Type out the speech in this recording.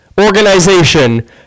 organization